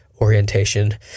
orientation